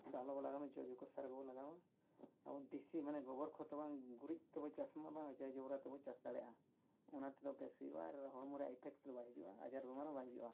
ᱫᱟᱜ ᱠᱚᱵᱚ ᱞᱟᱜᱟᱣᱢᱟ ᱡᱳᱭᱵᱚ ᱥᱟᱨ ᱠᱚᱵᱚᱱ ᱞᱟᱜᱟᱣᱢᱟ ᱟᱵᱚ ᱫᱮᱥᱤ ᱢᱟᱱᱮ ᱜᱳᱵᱚᱨ ᱠᱷᱛ ᱵᱚᱱ ᱵᱟᱝ ᱜᱩᱨᱤᱡ ᱛᱮᱵᱚ ᱪᱟᱥᱢᱟ ᱵᱟᱝ ᱡᱟᱹᱲᱤ ᱡᱚᱵᱨᱟ ᱛᱮᱵᱚᱱ ᱪᱟᱥ ᱫᱟᱲᱮᱭᱟᱜᱼᱟ ᱚᱱᱟ ᱛᱮᱫᱚ ᱵᱮᱥ ᱦᱩᱭᱩᱜᱼᱟ ᱟᱨ ᱦᱚᱲᱢᱚ ᱨᱮᱭᱟᱜ ᱤᱯᱷᱮᱠᱴ ᱫᱚ ᱵᱟᱭ ᱦᱤᱡᱩᱜᱼᱟ ᱟᱡᱟᱨ ᱵᱤᱢᱟᱨ ᱦᱚᱸ ᱵᱟᱭ ᱦᱩᱭᱩᱜᱼᱟ